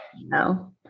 No